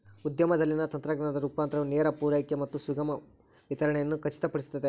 ಉದ್ಯಮದಲ್ಲಿನ ತಂತ್ರಜ್ಞಾನದ ರೂಪಾಂತರವು ನೇರ ಪೂರೈಕೆ ಮತ್ತು ಸುಗಮ ವಿತರಣೆಯನ್ನು ಖಚಿತಪಡಿಸುತ್ತದೆ